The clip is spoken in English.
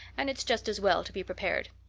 and it's just as well to be prepared.